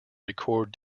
record